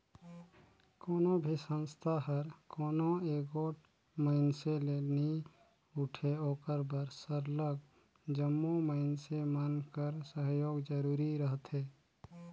कोनो भी संस्था हर कोनो एगोट मइनसे ले नी उठे ओकर बर सरलग जम्मो मइनसे मन कर सहयोग जरूरी रहथे